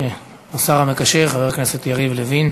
השר המקשר חבר הכנסת יריב לוין.